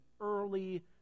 early